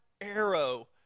arrow